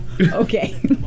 okay